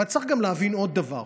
אבל צריך גם להבין עוד דבר: